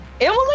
Emily